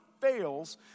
fails